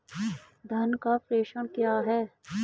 धन का प्रेषण क्या है?